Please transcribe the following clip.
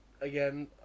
again